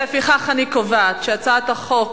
לפיכך, אני קובעת שהצעת החוק